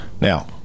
now